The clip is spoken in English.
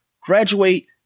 graduate